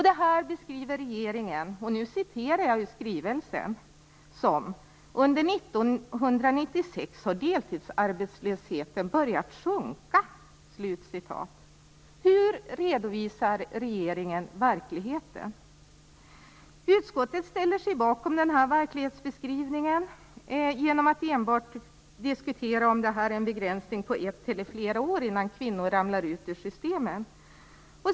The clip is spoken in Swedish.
Detta beskriver regeringen, och nu läser jag ur skrivelsen: Under 1996 har deltidsarbetslösheten börjat sjunka. Hur redovisar regeringen verkligheten? Utskottet ställer sig bakom denna verklighetsbeskrivning genom att enbart diskutera om det är en begränsning på ett eller flera år innan kvinnor ramlar ut ur systemen.